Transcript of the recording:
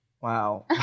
Wow